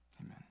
amen